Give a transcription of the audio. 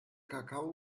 kakao